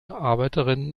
arbeiterinnen